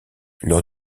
lors